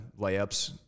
layups